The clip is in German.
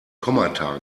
kommata